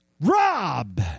rob